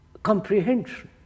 Comprehension